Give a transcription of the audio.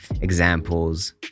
examples